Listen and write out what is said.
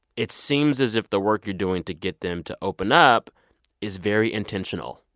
it seems as if the work you're doing to get them to open up is very intentional.